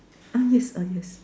ah yes ah yes